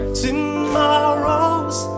tomorrows